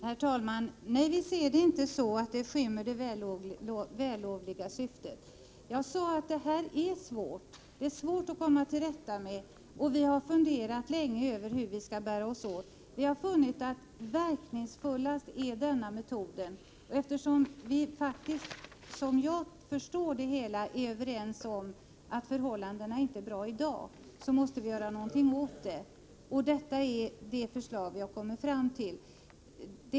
Herr talman ! Nej, vi anser inte att detaljerna skymmer det vällovliga syftet. Jag sade att det är svårt att komma till rätta med detta problem, och vi har funderat länge över hur vi skall bära oss åt. Vi har funnit att denna metod är den mest verkningsfulla. Eftersom vi tydligen är överens om att förhållandena inte är bra i dag, måste vi göra någonting åt dem, och det här är det förslag som vi har kommit fram till.